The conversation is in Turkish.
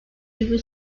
virgül